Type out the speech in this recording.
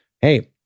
hey